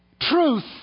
Truth